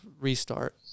restart